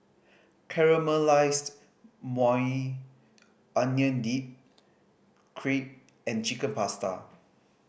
Caramelized Maui Onion Dip Crepe and Chicken Pasta